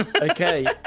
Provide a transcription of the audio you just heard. Okay